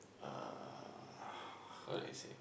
uh how do I say it